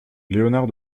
léonard